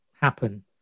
happen